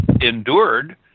endured